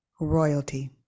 royalty